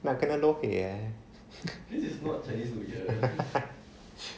nak kena lohei eh